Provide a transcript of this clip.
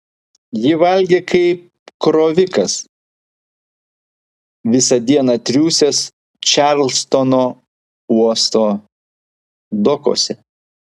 ji valgė kaip krovikas visą dieną triūsęs čarlstono uosto dokuose